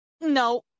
no